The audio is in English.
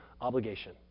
obligation